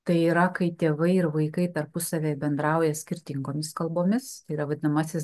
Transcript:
tai yra kai tėvai ir vaikai tarpusavyje bendrauja skirtingomis kalbomis tai yra vadinamasis